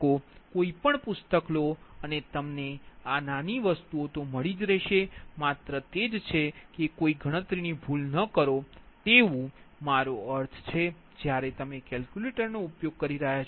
કોઈપણ પુસ્તક લો અને તમને આ નાની વસ્તુ મળી જશે માત્ર તે જ છે કે કોઈ ગણતરીની ભૂલ ન કરો તેવું મારો અર્થ છે જ્યારે તમે કેલ્ક્યુલેટરનો ઉપયોગ કરી રહ્યાં છો